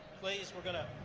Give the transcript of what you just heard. please, we're going to